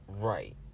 Right